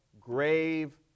grave